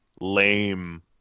lame